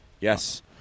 Yes